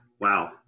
wow